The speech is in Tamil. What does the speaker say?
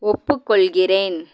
ஒப்புக்கொள்கிறேன்